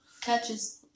catches